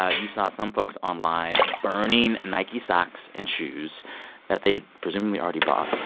ah you saw some folks online burning nike socks and shoes that they had presumably already bought,